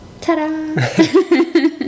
ta-da